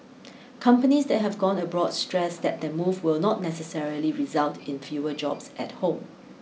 companies that have gone abroad stressed that their move will not necessarily result in fewer jobs at home